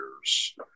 years